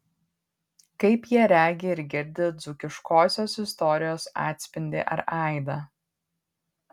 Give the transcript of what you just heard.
kaip jie regi ir girdi dzūkiškosios istorijos atspindį ar aidą